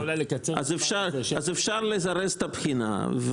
אפשר לזרז את הבחינה.